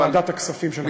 לוועדת הכספים של הכנסת.